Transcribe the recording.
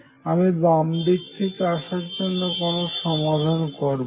আমি বাম দিক থেকে আসার জন্য কোন সমাধান করব না